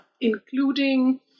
including